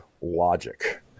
logic